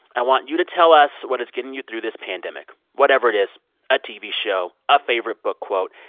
i want you to tell us what is getting you through this pandemic, whatever it is a tv show, a favorite book quote,